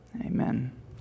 amen